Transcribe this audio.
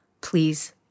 please